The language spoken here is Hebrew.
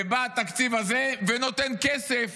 ונותן כסף